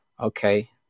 Okay